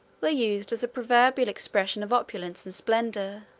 were used as a proverbial expression of opulence and splendor